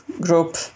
group